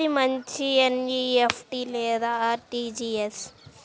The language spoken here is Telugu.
ఏది మంచి ఎన్.ఈ.ఎఫ్.టీ లేదా అర్.టీ.జీ.ఎస్?